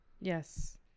Yes